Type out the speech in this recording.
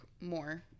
more